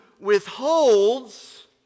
withholds